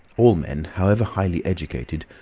all men, however highly educated,